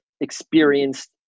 experienced